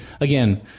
again